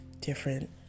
different